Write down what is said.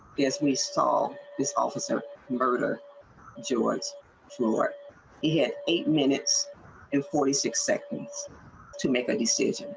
yes we saw this officer burger joints sure he had eight minutes and forty six seconds to make the suit.